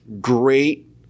great